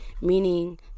meaning